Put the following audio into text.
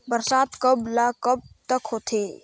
बरसात कब ल कब तक होथे?